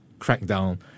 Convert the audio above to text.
crackdown